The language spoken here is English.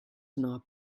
not